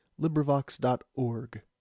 LibriVox.org